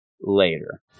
later